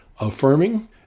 affirming